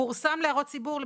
פורסם להערות ציבור.